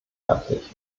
herzlich